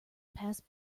pass